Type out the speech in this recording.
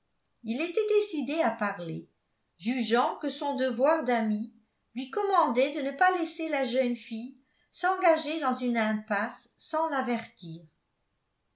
il était décidé à parler jugeant que son devoir d'ami lui commandait de ne pas laisser la jeune fille s'engager dans une impasse sans l'avertir